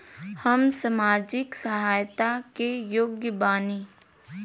हम सामाजिक सहायता के योग्य बानी?